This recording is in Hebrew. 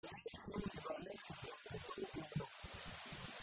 גיל השם יתברך את גאוותו וגאונו